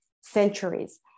centuries